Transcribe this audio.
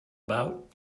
about